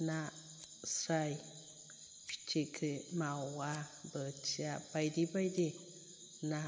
नास्राइ फिथिख्रि मावा बोथिया बायदि बायदि ना